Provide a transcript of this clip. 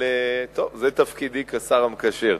אבל זה תפקידי כשר המקשר.